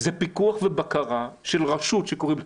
זה פיקוח ובקרה של רשות שקוראים לה